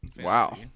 wow